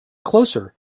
closer